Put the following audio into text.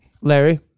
Larry